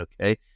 okay